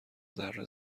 ذره